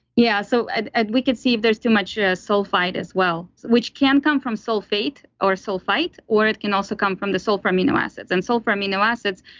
yeah so ah ah we could see if there's too much a sulfide as well, which can come from sulfate or sulfite, or it can also come from the sulfur amino acids. and sulfur amino acids,